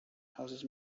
houses